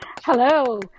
Hello